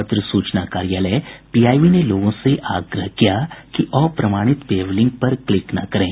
पत्र सूचना कार्यालय पीआईबी ने लोगों से आग्रह किया कि अप्रमाणित वेब लिंक पर क्लिक न करें